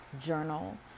journal